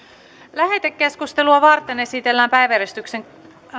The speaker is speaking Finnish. lähetekeskustelua varten esitellään päiväjärjestyksen